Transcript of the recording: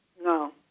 No